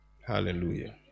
Hallelujah